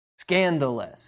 scandalous